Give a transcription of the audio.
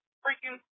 freaking